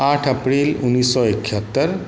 आठ अप्रैल उनैस सओ इकहत्तरि